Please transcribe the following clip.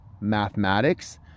mathematics